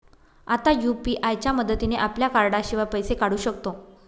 आता यु.पी.आय च्या मदतीने आपल्या कार्डाशिवाय पैसे काढू शकतो